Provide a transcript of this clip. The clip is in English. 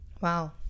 Wow